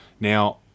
now